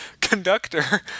conductor